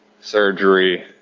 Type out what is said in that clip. surgery